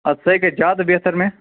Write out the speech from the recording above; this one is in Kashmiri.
اَدٕ سُہ ہے گژھہِ زیادٕ بہتر مےٚ